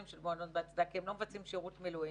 של מועדון בהצדעה כי הם לא מבצעים שירות מילואים.